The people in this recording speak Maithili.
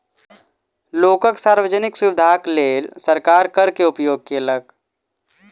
लोकक सार्वजनिक सुविधाक लेल सरकार कर के उपयोग केलक